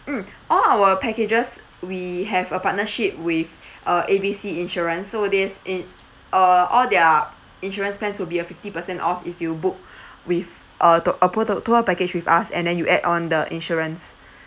mm all our packages we have a partnership with uh A B C insurance so this in~ uh all their insurance plans will be a fifty percent off if you book with uh to~ uh pa~ to~ tour package with us and then you add on the insurance